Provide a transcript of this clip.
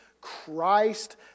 Christ